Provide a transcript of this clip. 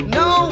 no